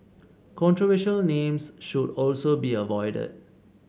controversial names should also be avoided